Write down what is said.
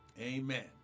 Amen